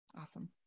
Awesome